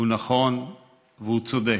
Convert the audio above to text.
הוא נכון והוא צודק.